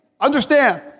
understand